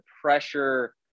pressure